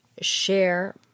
share